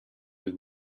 with